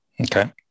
Okay